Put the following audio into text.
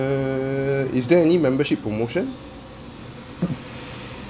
err is there any membership promotion